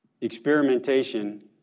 experimentation